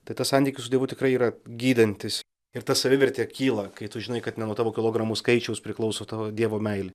tai tas santykis su dievu tikrai yra gydantis ir ta savivertė kyla kai tu žinai kad ne nuo tavo kilogramų skaičiaus priklauso tavo dievo meilė